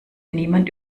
niemand